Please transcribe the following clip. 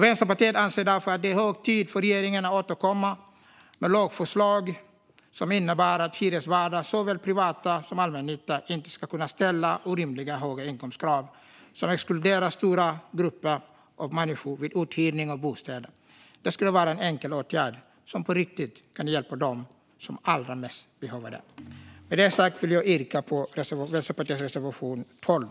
Vänsterpartiet anser därför att det är hög tid för regeringen att återkomma med lagförslag som innebär att hyresvärdar, såväl privata som allmännyttiga, inte ska kunna ställa orimligt höga inkomstkrav som exkluderar stora grupper av människor vid uthyrning av bostäder. Det är en enkel åtgärd som på riktigt skulle hjälpa dem som allra mest behöver det. Med det sagt vill jag yrka bifall till Vänsterpartiets reservation 12.